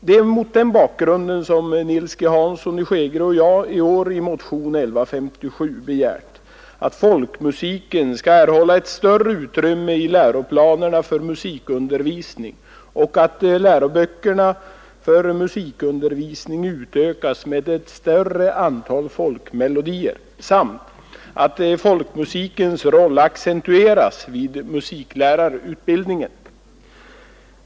Det är mot den bakgrunden som Nils G. Hansson i Skegrie och jag i år i motionen 1157 begärt att folkmusiken skall erhålla ett större utrymme i läroplanerna för musikundervisning, att läroböckerna för musikundervisning utökas med ett större antal folkmelodier samt att folkmusikens roll accentueras vid musiklärarutbildningen.